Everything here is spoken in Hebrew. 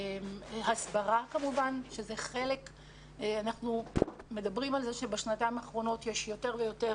הסברה כאשר אנחנו מדברים שבשנתיים האחרונות יש יותר ויותר